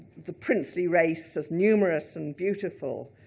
the princely race as numerous and beautiful